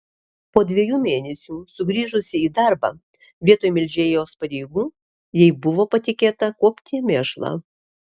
po dviejų mėnesių sugrįžusi į darbą vietoj melžėjos pareigų jai buvo patikėta kuopti mėšlą